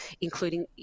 including